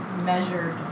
measured